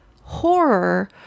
horror